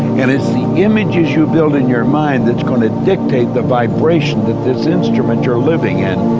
and it's the images you build in your mind that's going to dictate the vibration that this instrument you're living in,